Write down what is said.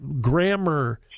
grammar